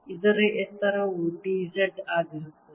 ಇದರ ಎತ್ತರವು dz ಆಗಿರುತ್ತದೆ